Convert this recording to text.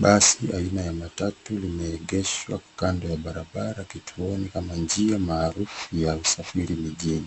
Basi aina ya matatu imeegeshwa kando ya barabara kituoni ama njia maarufu ya usafiri mjini.